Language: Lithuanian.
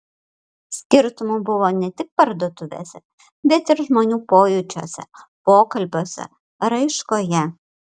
skirtumų buvo ne tik parduotuvėse bet ir žmonių pojūčiuose pokalbiuose raiškoje